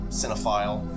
cinephile